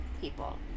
people